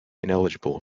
ineligible